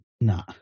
Nah